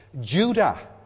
Judah